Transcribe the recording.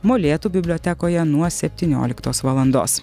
molėtų bibliotekoje nuo septynioliktos valandos